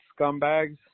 scumbags